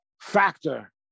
factor